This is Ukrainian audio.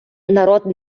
народ